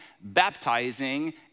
baptizing